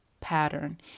pattern